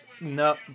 no